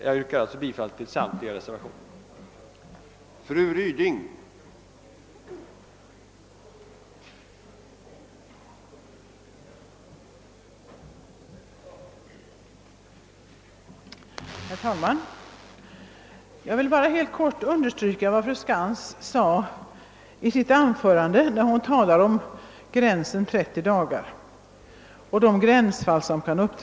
Jag yrkar bifall till samtliga reservationer vid andra lagutskottets utlåtande nr 40.